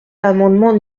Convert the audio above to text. l’amendement